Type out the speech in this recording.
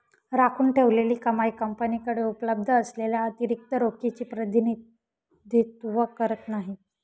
राखून ठेवलेली कमाई कंपनीकडे उपलब्ध असलेल्या अतिरिक्त रोखीचे प्रतिनिधित्व करत नाही